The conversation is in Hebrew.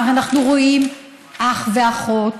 אנחנו רואים אח ואחות